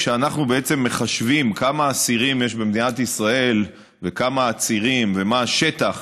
כשאנחנו בעצם מחשבים כמה אסירים יש במדינת ישראל וכמה עצירים ומה השטח